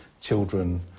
children